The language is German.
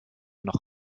noch